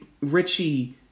Richie